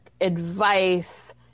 advice